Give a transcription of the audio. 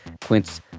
Quince